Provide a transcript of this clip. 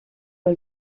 del